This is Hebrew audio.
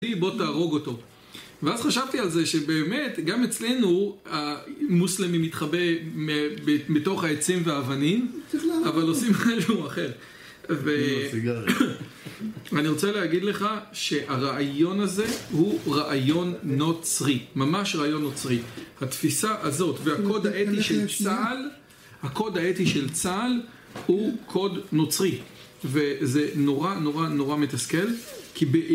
בוא תהרוג אותו ואז חשבתי על זה שבאמת גם אצלנו המוסלמים מתחבאים מתוך העצים והאבנים אבל עושים משהו אחר אני רוצה להגיד לך שהרעיון הזה הוא רעיון נוצרי ממש רעיון נוצרי התפיסה הזאת והקוד האתי של צהל הקוד האתי של צהל הוא קוד נוצרי וזה נורא נורא נורא מתסכל כי בעיקר